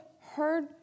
heard